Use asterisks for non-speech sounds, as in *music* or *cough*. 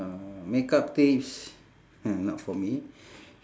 makeup tips *noise* not for me